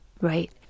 Right